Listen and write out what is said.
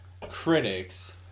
critics